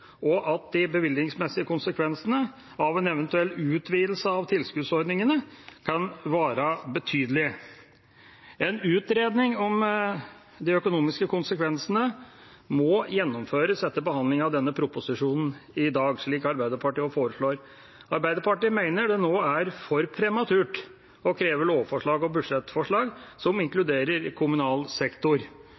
og at de bevilgningsmessige konsekvensene av en eventuell utvidelse av tilskuddsordningene kan være betydelige. En utredning om de økonomiske konsekvensene må gjennomføres etter behandlingen av denne proposisjonen i dag, slik Arbeiderpartiet også foreslår. Arbeiderpartiet mener det nå er for prematurt å kreve lovforslag og budsjettforslag som inkluderer kommunal sektor,